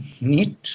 need